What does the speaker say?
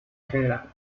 general